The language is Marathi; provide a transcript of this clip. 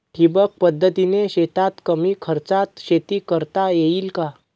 ठिबक पद्धतीने शेतात कमी खर्चात शेती करता येईल का?